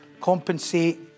compensate